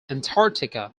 antarctica